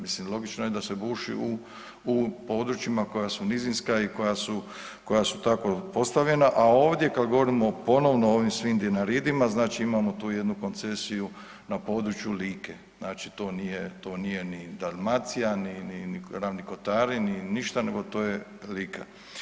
Mislim, logično je da se buši u područjima koja su nizinska i koja su tako postavljena, a ovdje kad govorimo ponovno o ovim svim Dinaridima, znači imamo tu jednu koncesiju na području Like, znači to nije ni Dalmacija ni Ravni kotari ni ništa, nego to je Lika.